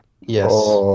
Yes